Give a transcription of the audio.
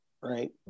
Right